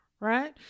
right